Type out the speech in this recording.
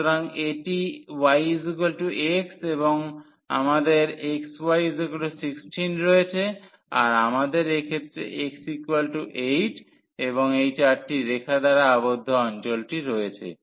সুতরাং এটি y x এবং আমাদের xy16 রয়েছে আর আমাদের এক্ষেত্রে x8 এবং এই চারটি রেখা দ্বারা আবদ্ধ অঞ্চলটি রয়েছে